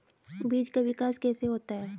बीज का विकास कैसे होता है?